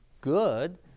good